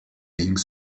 lignes